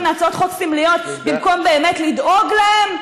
הצעות חוק סמליות במקום באמת לדאוג להם?